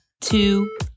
two